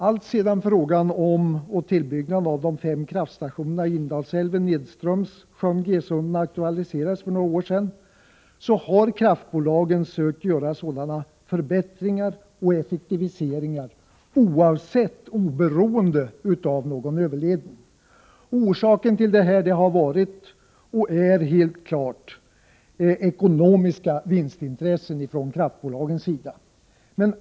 Alltsedan frågan om ombyggnaden och tillbyggnaden av de fem kraftstationerna i Indalsälven nedströms sjön Gesunden aktualiserades för några år sedan har kraftbolagen försökt att göra förbättringar och effektiviseringar, oberoende av en överledning. Orsaken till detta har varit och är helt klar — ekonomiska vinstintressen från kraftbolagens sida.